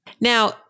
Now-